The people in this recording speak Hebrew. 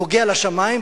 נוגע בשמים,